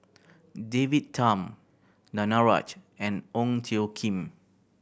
David Tham Danaraj and Ong Tjoe Kim